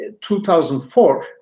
2004